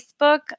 Facebook